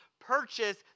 Purchase